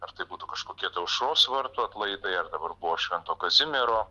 ar tai būtų kažkokie tai aušros vartų atlaidai ar dabar buvo švento kazimiero